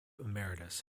emeritus